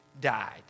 died